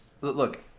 look